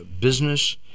business